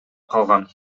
калган